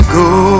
go